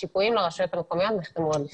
השיפויים לרשויות המקומיות נחתמו עוד לפני.